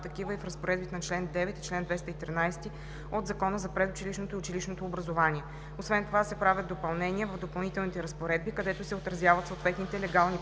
такива и в разпоредбите на чл. 9 и чл. 213 от Закона за предучилищното и училищното образование. Освен това се правят допълнения в Допълнителните разпоредби, където се отразяват съответните легални понятия,